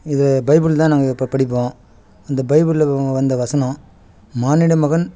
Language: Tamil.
இது பைபில் தான் நாங்கள் இ இப்போ படிப்போம் இந்த பைபிலில் வந்த வசனம் மானிட மகன்